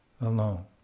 alone